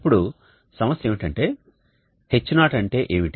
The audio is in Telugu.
ఇప్పుడు సమస్య ఏమిటంటే H0 అంటే ఏమిటి